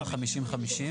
50/50,